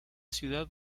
ciudad